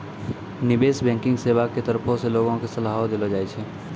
निबेश बैंकिग सेबा के तरफो से लोगो के सलाहो देलो जाय छै